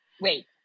Wait